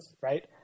Right